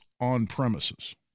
on-premises